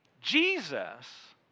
Jesus